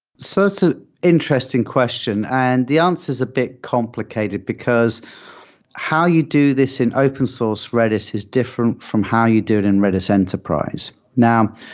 so that's an ah interesting question and the answer is a bit complicated, because how you do this in open source redis is different from how you do it in redis enterprise. now,